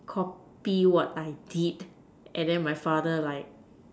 copy what I did and then my father like